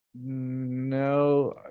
No